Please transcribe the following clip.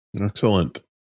Excellent